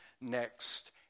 next